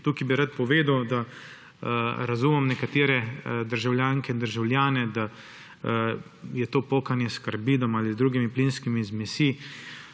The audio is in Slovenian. Tukaj bi rad povedal, da razumem nekatere državljanke in državljane, da je to pokanje s karbidom ali z drugimi plinskimi zmesmi